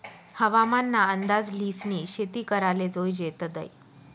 हवामान ना अंदाज ल्हिसनी शेती कराले जोयजे तदय